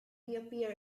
reappear